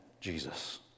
Jesus